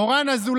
מין רומאי,